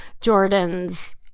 Jordan's